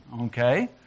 Okay